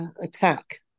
attack